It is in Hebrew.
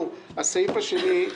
הסעיף השני,